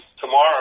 tomorrow